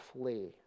flee